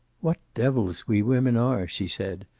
what devils we women are! she said.